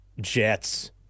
jets